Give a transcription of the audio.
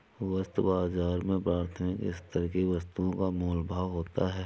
वस्तु बाजार में प्राथमिक स्तर की वस्तुओं का मोल भाव होता है